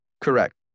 Correct